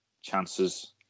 chances